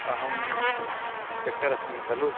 अहम् इन्स्पेक्टर् अस्मि खलु